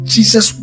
Jesus